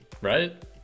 right